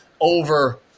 over